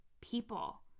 people